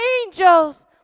angels